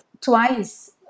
twice